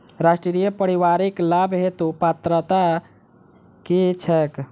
राष्ट्रीय परिवारिक लाभ हेतु पात्रता की छैक